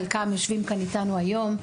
חלקם יושבים כאן איתנו היום.